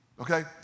okay